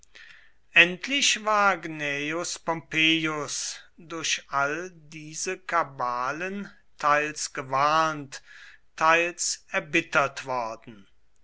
endlich war gnaeus pompeius durch all diese kabalen teils gewarnt teils erbittert worden